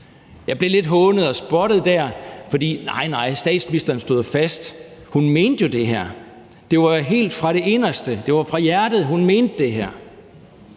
Jeg blev lidt hånet og spottet der, for, nej, nej, statsministeren stod fast. Hun mente jo det her. Det var fra hendes inderste, fra hjertet, hun mente det her